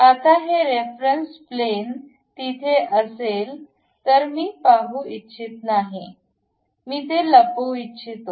आता हे reference plane तिथे असले तरी मी पाहू इच्छित नाही मी ते लपवू इच्छितो